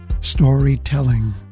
storytelling